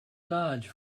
large